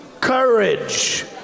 courage